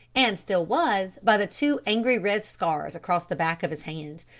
and still was, by the two angry red scars across the back of his hand.